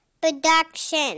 Production